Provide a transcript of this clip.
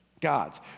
God's